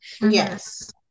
yes